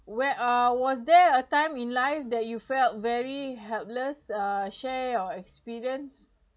where are was there a time in life that you felt very helpless uh share your experience